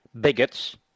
bigots